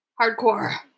Hardcore